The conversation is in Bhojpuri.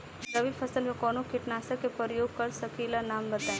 रबी फसल में कवनो कीटनाशक के परयोग कर सकी ला नाम बताईं?